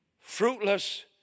fruitless